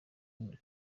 nabyo